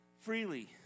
freely